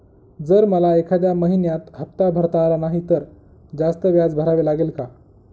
जर मला एखाद्या महिन्यात हफ्ता भरता आला नाही तर जास्त व्याज भरावे लागेल का?